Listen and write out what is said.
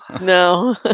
No